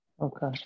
Okay